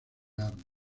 armas